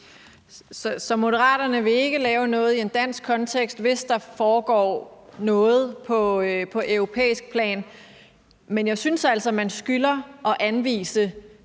Så Moderaterne vil ikke lave noget i en dansk kontekst, hvis der foregår noget på europæisk plan, men jeg synes altså, at man skylder at anvise